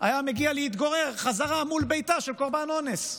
היה מגיע בחזרה להתגורר מול ביתה של קורבן אונס,